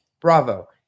Bravo